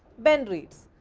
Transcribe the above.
ben reads,